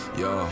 yo